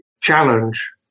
challenge